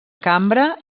cambra